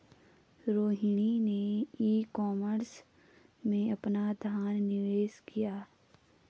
रोहिणी ने e commerce में अपना धन निवेश किया